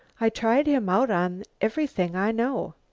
i tried him out on everything i know.